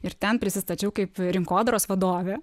ir ten prisistačiau kaip rinkodaros vadovė